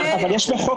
כן.